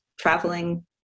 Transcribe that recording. traveling